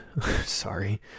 sorry